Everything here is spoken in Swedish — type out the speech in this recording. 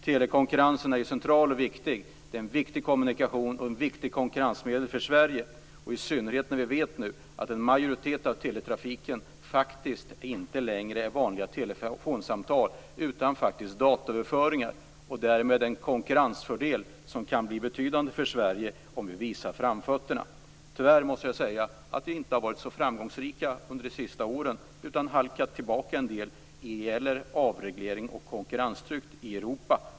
Telekonkurrensen är central och viktig. Det är en viktig kommunikation och ett viktigt konkurrensmedel för Sverige. Det gäller i synnerhet när vi nu vet att en majoritet av teletrafiken faktiskt inte längre är vanliga telefonsamtal utan dataöverföringar. Det är därmed en konkurrensfördel som kan bli betydande för Sverige om vi visar framfötterna. Tyvärr måste jag säga att vi inte har varit så framgångsrika under de senaste åren utan halkat tillbaka en del när det gäller avreglering och konkurrenstryck i Europa.